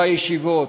בישיבות,